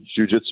jujitsu